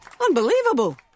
Unbelievable